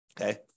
Okay